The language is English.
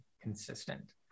consistent